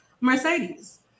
Mercedes